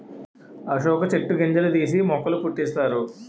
అశోక చెట్టు గింజలు తీసి మొక్కల పుట్టిస్తారు